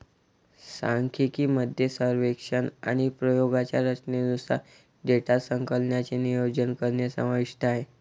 सांख्यिकी मध्ये सर्वेक्षण आणि प्रयोगांच्या रचनेनुसार डेटा संकलनाचे नियोजन करणे समाविष्ट आहे